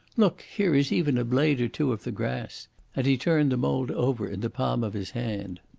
look, here is even a blade or two of the grass and he turned the mould over in the palm of his hand.